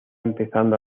empezando